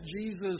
Jesus